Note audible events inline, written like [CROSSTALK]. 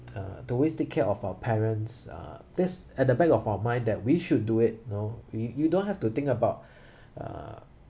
uh to always take care of our parents uh this at the back of our mind that we should do it you know we you don't have to think about [BREATH] uh